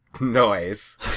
noise